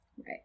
right